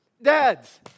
Dads